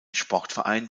sportverein